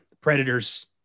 predators